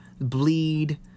bleed